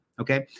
Okay